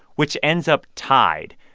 which ends up tied.